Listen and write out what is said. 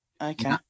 okay